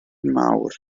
mawr